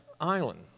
Island